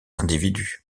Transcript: individus